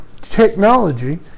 technology